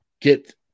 get